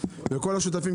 לכל השותפים,